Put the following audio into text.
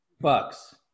bucks